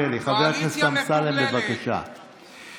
הקואליציה דפוקה בשכל.